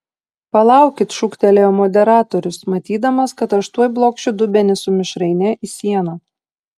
palaukit šūktelėjo moderatorius matydamas kad aš tuoj blokšiu dubenį su mišraine į sieną